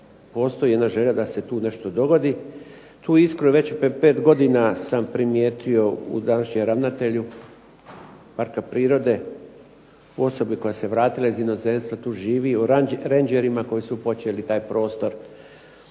postoji jedna želja da se tu nešto dogodi. Tu iskru već prije pet godina sam primjetio u današnjem ravnatelju parka prirode, u osobi koja se vratila iz inozemstva, tu živi, o rendžerima koji su počeli taj prostor